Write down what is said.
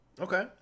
okay